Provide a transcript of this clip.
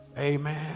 amen